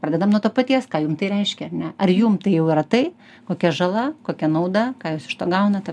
pradedam nuo to paties ką jum tai reiškia ar ne ar jum tai jau yra tai kokia žala kokia nauda ką jūs iš to gaunate